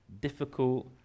difficult